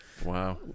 Wow